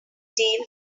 deal